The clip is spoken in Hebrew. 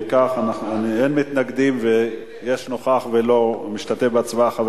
מתנגד אחד ונמנע אחד.